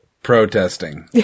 Protesting